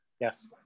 Yes